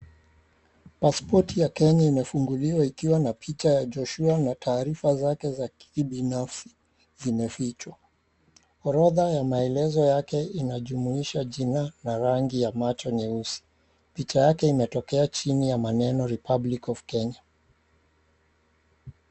Paspoti ya Kenya imefunguliwa ikiwa na picha ya Joshua na taarifa zake za kibinafsi zimefichwa. Orodha ya maelezo yake inajumuisha jina na rangi ya macho nyeusi. Picha yake imetokea chini ya maneno REPUBLIC OF KENYA.